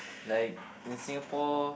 like in Singapore